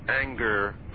anger